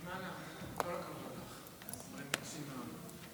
אימאן, כל הכבוד לך, זה היה מרשים מאוד.